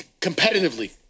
competitively